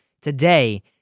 today